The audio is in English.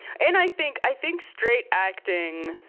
and i think i think straight acting.